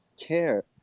care